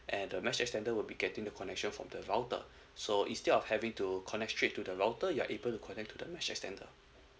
and the mesh extender will be getting the connection from the router so instead of having to connect straight to the router you're able to connect to the mesh extender